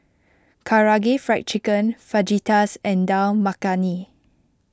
Karaage Fried Chicken Fajitas and Dal Makhani